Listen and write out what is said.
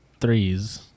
threes